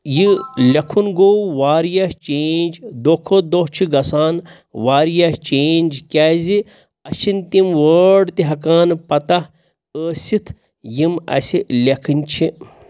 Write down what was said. یہِ لیکھُن گوٚو واریاہ چینٛج دۄہ کھۄتہٕ دۄہ چھِ گژھان واریاہ چینٛج کیٛازِ اَسہِ چھِنہٕ تِم وٲرڈ تہِ ہٮ۪کان پَتہ ٲسِتھ یِم اَسہِ لیکھٕنۍ چھِ